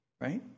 right